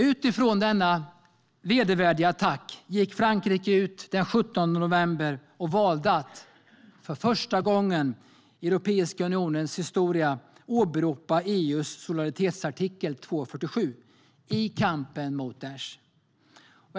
Utifrån denna vedervärdiga attack valde Frankrike den 17 november, för första gången i Europeiska unionens historia, att åberopa EU:s solidaritetsartikel 42.7 i kampen mot Daish.